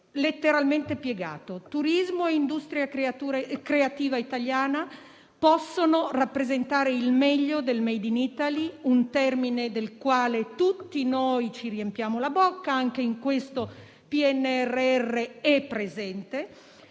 letteralmente piegato. Turismo e industria creativa italiana possono rappresentare il meglio del *made in Italy*, un termine del quale tutti noi ci riempiamo la bocca. Anche in questo PNRR è presente.